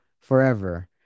forever